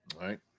right